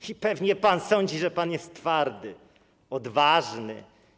I pewnie pan sądzi, że pan jest twardy, odważny.